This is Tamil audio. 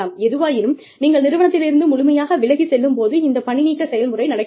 எதுவாயினும் நீங்கள் நிறுவனத்திலிருந்து முழுமையாக விலகிச் செல்லும் போது இந்த பணி நீக்க செயல்முறை நடக்கிறது